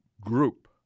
group